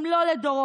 אם לא לדורות.